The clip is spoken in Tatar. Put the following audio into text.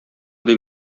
дип